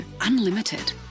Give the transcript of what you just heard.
Unlimited